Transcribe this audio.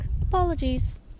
Apologies